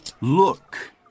Look